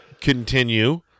continue